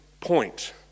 point